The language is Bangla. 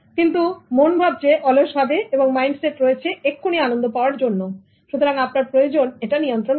কিন্তু মন ভাবছে অলস ভাবে এবং মাইন্ডসেট রয়েছে এক্ষুনি আনন্দ পাওয়ার জন্য সুতরাং আপনার প্রয়োজন এটা নিয়ন্ত্রণ করা